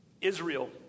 Israel